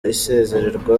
isezererwa